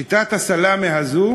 שיטת הסלאמי הזאת